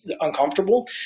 uncomfortable